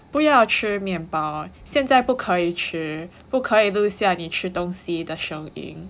不要吃面包现在不可以吃不可以录下你吃东西的声音